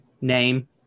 name